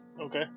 Okay